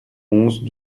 onze